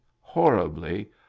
horribly